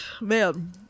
Man